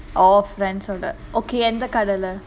oh friends okay அந்த கடைல:andha kadaila